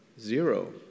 zero